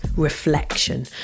reflection